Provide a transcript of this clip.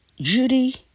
Judy